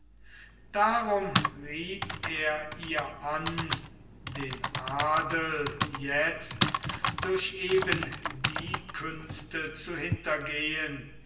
darum rieth er ihr an den adel jetzt durch eben die künste zu hintergehen